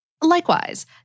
Likewise